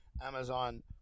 Amazon